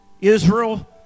Israel